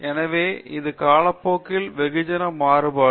எனவே இது காலப்போக்கில் வெகுஜன மாறுபாடு